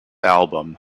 album